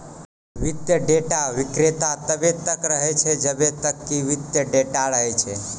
वित्तीय डेटा विक्रेता तब्बे तक रहै छै जब्बे तक कि वित्तीय डेटा रहै छै